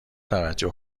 توجه